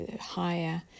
higher